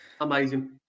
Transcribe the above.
Amazing